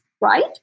right